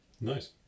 Nice